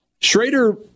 Schrader